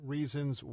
Reasons